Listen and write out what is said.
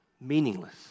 meaningless